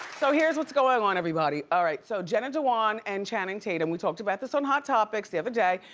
so here's what's going on everybody. alright so jenna dewan and channing tatum, we talked about this on hot topics the other day.